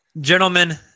Gentlemen